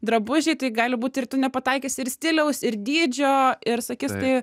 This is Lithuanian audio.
drabužiai tai gali būt ir tu nepataikysi ir stiliaus ir dydžio ir sakys tai